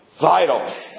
vital